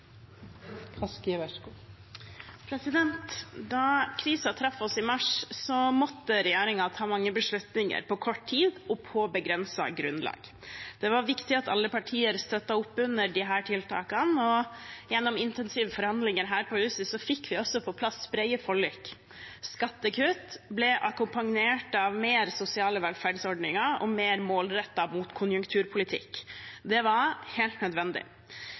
Da krisen traff oss i mars, måtte regjeringen ta mange beslutninger på kort tid og på begrenset grunnlag. Det var viktig at alle partier støttet opp under disse tiltakene, og gjennom intensive forhandlinger her på huset fikk vi også på plass brede forlik. Skattekutt ble akkompagnert av mer sosiale velferdsordninger og mer målrettet mot konjunkturpolitikk. Det var helt nødvendig.